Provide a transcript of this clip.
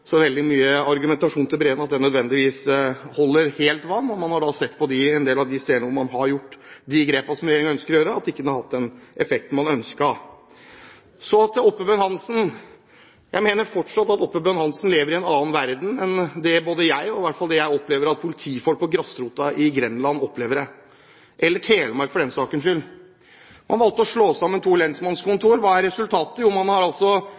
så veldig mye av argumentasjonen til Breen nødvendigvis holder helt vann. Man har sett på en del av de stedene man har gjort de grepene som regjeringen ønsker å gjøre, at de ikke har hatt den effekten man ønsket. Så til Oppebøen Hansen: Jeg mener fortsatt at Oppebøen Hansen lever i en annen verden enn det både jeg og det jeg i hvert fall opplever at politifolk på grasrota i Grenland gjør – eller i Telemark for den saks skyld. Man valgte å slå sammen to lensmannskontor. Hva er resultatet? Jo, man har